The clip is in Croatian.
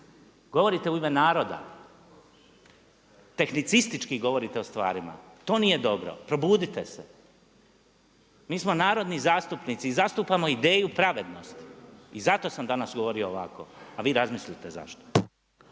Govorite u ime naroda. Tehnicistički govorite o stvarima, to nije dobro. Probudite se! Mi smo narodni zastupnici i zastupamo ideju pravednosti i zato sam danas govorio ovako, a vi razmislite zašto.